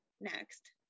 next